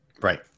right